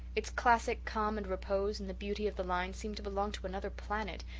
its classic calm and repose and the beauty of the lines seem to belong to another planet,